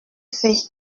fais